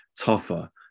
tougher